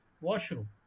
washroom